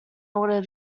order